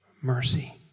mercy